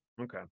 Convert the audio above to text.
okay